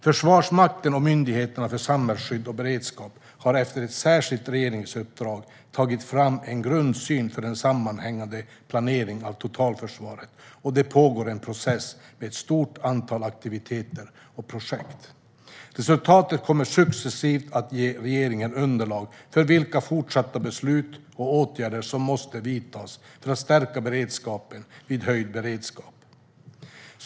Försvarsmakten och Myndigheten för samhällsskydd och beredskap har efter ett särskilt regeringsuppdrag tagit fram en grundsyn för en sammanhängande planering av totalförsvaret, och det pågår en process med ett stort antal aktiviteter och projekt. Resultaten kommer successivt att ge regeringen underlag för vilka fortsatta beslut och åtgärder som måste vidtas för att stärka beredskapen vid höjd beredskap.